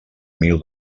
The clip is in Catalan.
mil